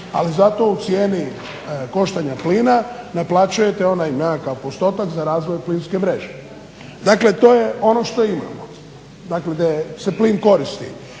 ali zato u cijeni koštanja plina naplaćujete onaj nekakav postotak za razvoj plinske mreže. Dakle, to je ono što imamo. Dakle, gdje se plin koristi.